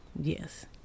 Yes